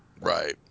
Right